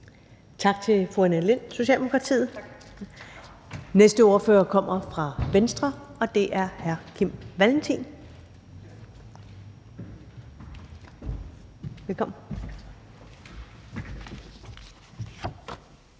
Tak til fru Annette Lind, Socialdemokratiet. Næste ordfører kommer fra Venstre, og det er hr. Kim Valentin. Velkommen.